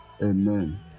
Amen